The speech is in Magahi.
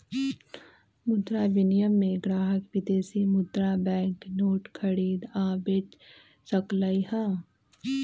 मुद्रा विनिमय में ग्राहक विदेशी मुद्रा बैंक नोट खरीद आ बेच सकलई ह